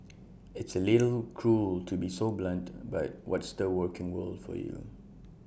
it's A little cruel to be so blunt but what's the working world for you